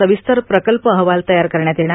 सविस्तर प्रकल्प अहवाल तयार करण्यात येणार